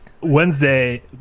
Wednesday